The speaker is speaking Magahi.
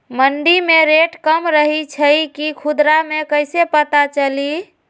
मंडी मे रेट कम रही छई कि खुदरा मे कैसे पता चली?